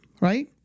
right